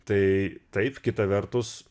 tai taip kita vertus